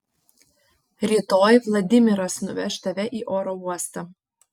rytoj vladimiras nuveš tave į oro uostą